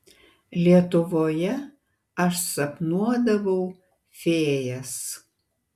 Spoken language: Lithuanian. lietuvoje aš sapnuodavau fėjas